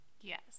Yes